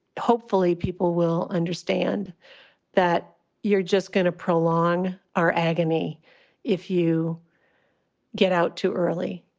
hopefully people will understand that you're just going to prolong our agony if you get out too early.